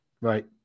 Right